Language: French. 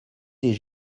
des